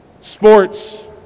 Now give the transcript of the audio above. sports